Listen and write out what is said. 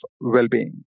well-being